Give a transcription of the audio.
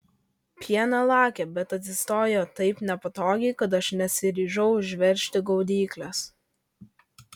pieną lakė bet atsistojo taip nepatogiai kad aš nesiryžau užveržti gaudyklės